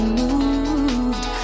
moved